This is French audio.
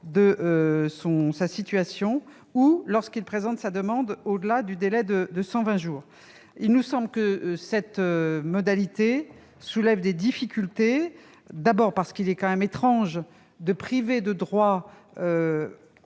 de sa situation ou lorsqu'elle présente sa demande d'asile au-delà du délai légal de 120 jours. Il nous semble que cet alinéa soulève des difficultés. D'abord, il est quand même étrange de priver de droit